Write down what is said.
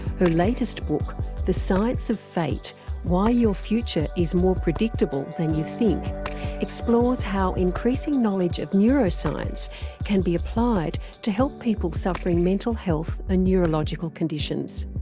her latest book the science of fate why your future is more predictable than you think explores how increasing knowledge of neuroscience can be applied to help people suffering mental health and ah neurological conditions.